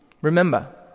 Remember